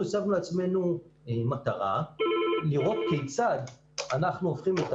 אנחנו הצבנו לעצמנו מטרה לראות כיצד אנחנו הופכים את